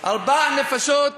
ארבע נפשות